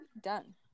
Done